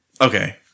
Okay